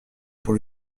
pour